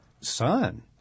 son